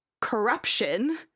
corruption